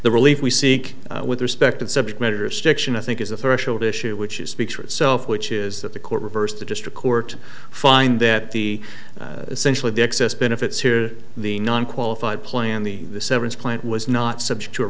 the relief we seek with respect to the subject matter of stiction i think is a threshold issue which is speaks for itself which is that the court reversed the district court find that the essentially the excess benefits here the non qualified plan the severance plant was not subject to a